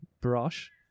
brush